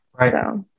Right